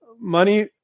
Money